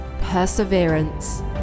perseverance